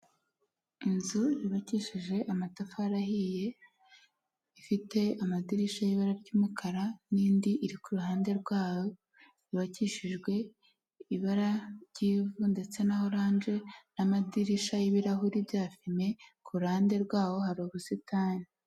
Inzu yubakisheje amatafari ahiye ifite amadirishya y'ibara ry'umukara, n'indi iri kuhande rwaho yubakishijwe ibara ry'ivu ndetse na oranje n'amadirisha y'ibirahuri bya fime, ku ruhande rwaho hari ubusitani.